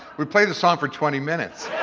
we play the song for twenty minutes.